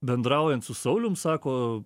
bendraujant su saulium sako